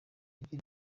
agira